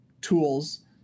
tools